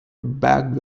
backed